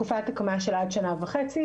תקופת הקמה של עד שנה וחצי,